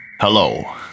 Hello